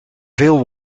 veel